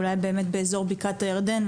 אולי באמת באזור בקעת הירדן,